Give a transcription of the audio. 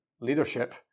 leadership